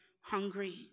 hungry